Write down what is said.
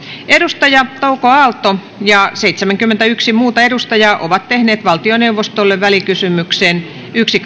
edustaja touko aalto ja seitsemänkymmentäyksi muuta edustajaa ovat tehneet valtioneuvostolle välikysymyksen yksi